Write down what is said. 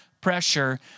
pressure